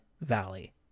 Valley